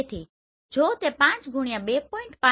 તેથી જો તે 5 2